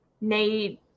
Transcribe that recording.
need